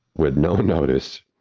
with no notice,